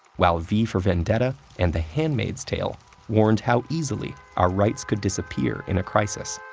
while v for vendetta and the handmaid's tale warned how easily our rights could disappear in a crisis.